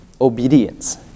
Obedience